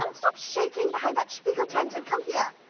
and stop shaking behind that spiegeltent and come yeah